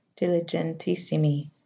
diligentissimi